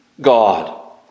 God